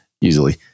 easily